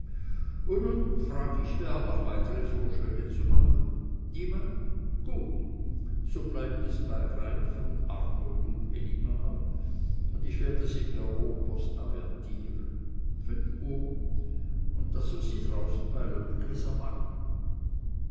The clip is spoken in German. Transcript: und nun frag ich wer hat noch weitre vorschläge zu machen niemand gut so bleibt es bei reiff und arnold und elimar und ich werde sie per rohrpost avertieren fünf uhr und daß wir sie draußen bei löbbekes erwarten